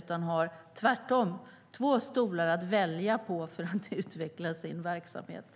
Tvärtom finns det två stolar att välja på för att utveckla verksamheterna.